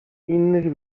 innych